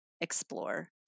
explore